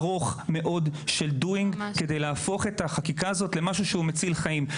ארוך מאוד של עשייה כדי להפוך את החקיקה הזאת למשהו שהוא מציל חיים.